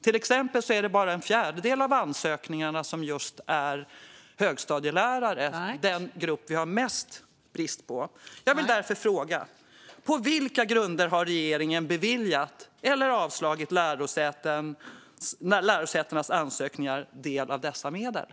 Till exempel gäller bara en fjärdedel av ansökningarna högstadielärare, den grupp vi har störst brist på. Jag vill därför fråga: På vilka grunder har regeringen beviljat eller avslagit lärosätens ansökningar om att få del av medlen?